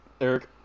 Eric